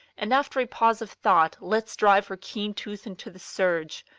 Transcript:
and, after a pause of thought, lets drive her keen tooth into the surge,